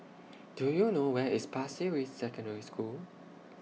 Do YOU know Where IS Pasir Ris Secondary School